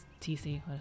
tc